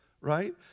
right